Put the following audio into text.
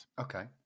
Okay